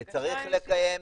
וצריך לקיים דיון.